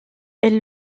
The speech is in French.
elle